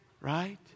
Right